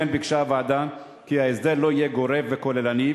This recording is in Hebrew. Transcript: כמו כן ביקשה הוועדה כי ההסדר לא יהיה גורף וכוללני,